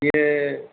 बे